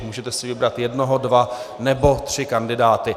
Můžete si vybrat jednoho, dva nebo tři kandidáty.